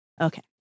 Okay